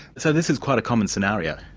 so this is quite a common scenario?